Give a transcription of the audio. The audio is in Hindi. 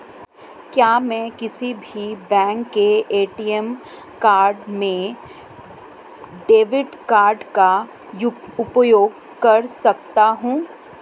क्या मैं किसी भी बैंक के ए.टी.एम काउंटर में डेबिट कार्ड का उपयोग कर सकता हूं?